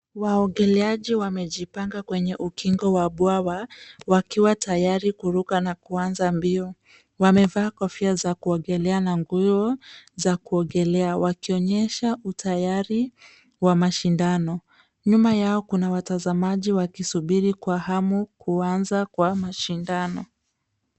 Waogeleaji wamejipanga kwenye ukingo wa bwawa wakiwa tayari kuruka na kuanza mbio. Wamevaa kofia za kuogelea na nguo za kuogelea wakionyesha utayari wa mashindano. Nyuma yao kuna watazamaji wakisubiri kwa hamu kuanza kwa mashindano.